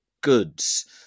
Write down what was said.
goods